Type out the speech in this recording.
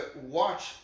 watch